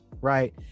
right